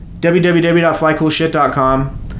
www.flycoolshit.com